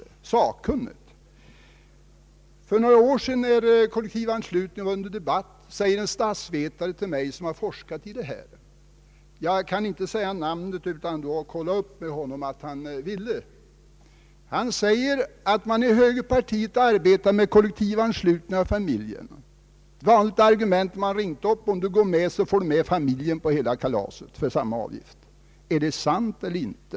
När kollektivanslutningen för några år sedan var under debatt sade en statsvetare som har forskat i detta ämne till mig — jag kan inte säga hans namn utan att först höra med honom om han vill det — att man inom högerpartiet arbetar med kollektivanslutning av familjerna. Ett vanligt argument till familjefadern var, att om du är med på det så får du med hela familjen på samma kalas och för samma avgift. är det sant eiler inte?